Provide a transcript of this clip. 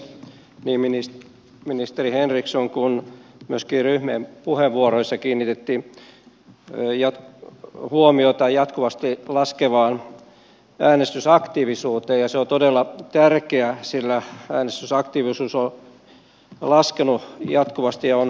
niin ministeri henrikssonin kuin myöskin ryhmien puheenvuoroissa kiinnitettiin huomiota jatkuvasti laskevaan äänestysaktiivisuuteen ja se on todella tärkeää sillä äänestysaktiivisuus on laskenut jatkuvasti ja on huolestuttavaa